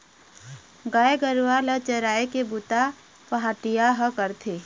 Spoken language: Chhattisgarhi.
गाय गरूवा ल चराए के बूता पहाटिया ह करथे